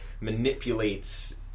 manipulates